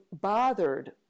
bothered